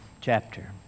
chapter